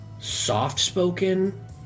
soft-spoken